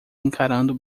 encarando